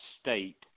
state